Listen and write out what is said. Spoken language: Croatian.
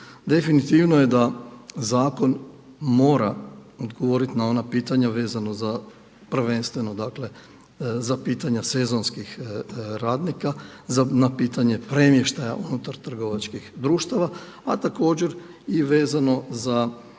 Definitivno je da zakon mora odgovoriti na ona pitanja vezano prvenstveno za pitanja sezonskih radnika, na pitanje premještaja unutar trgovačkih društava, a također i vezano za